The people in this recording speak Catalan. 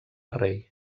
rei